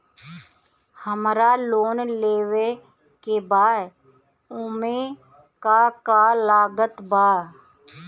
हमरा लोन लेवे के बा ओमे का का लागत बा?